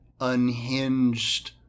unhinged